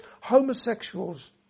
homosexuals